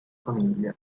famiglia